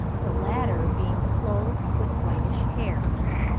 the latter being clothed with whitish hairs.